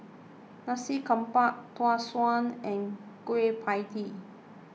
Nasi Campur Tau Suan and Kueh Pie Tee